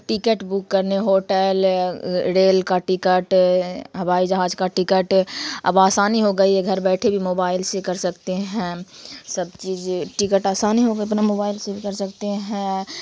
ticket book کرنے hotel rail کا ticket ہوائی جہاز کا ٹکٹ اب آسانی ہو گئی ہے گھر بیٹھے بھی موبائل سے کر سکتے ہیں سب چیز ٹکٹ آسانی ہو گئی اپنا موبائل سے بھی کر سکتے ہیں